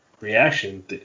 reaction